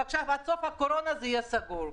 ומעכשיו ועד סוף הקורונה זה יהיה סגור.